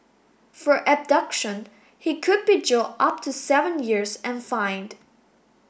for abduction he could be jailed up to seven years and fined